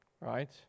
right